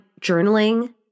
journaling